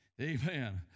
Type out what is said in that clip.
Amen